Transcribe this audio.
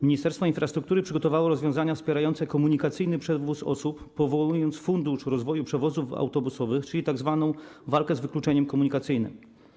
Ministerstwo Infrastruktury przygotowało rozwiązania wspierające komunikacyjny przewóz osób, powołując Fundusz rozwoju przewozów autobusowych, czyli chodzi o tzw. walkę z wykluczeniem komunikacyjnym.